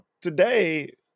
today